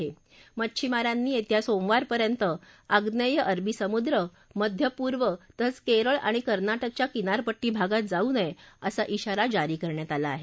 तसंच येत्या मच्छिमारांनी येत्या सोमवारपर्यंत आग्नेय अरबी समुद्र मध्यपूर्व तसंच केरळ आणि कर्ना केच्या किनारपट्टी भागात जाऊ नये असा शारा जारी करण्यात आला आहे